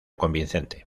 convincente